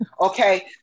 Okay